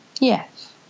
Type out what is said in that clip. yes